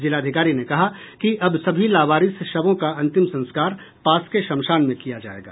जिलाधिकारी ने कहा कि अब सभी लावारिस शवों का अंतिम संस्कार पास के श्मशान में किया जायेगा